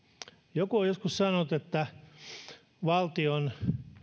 joku on joskus sanonut että valtion